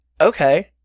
okay